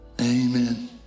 Amen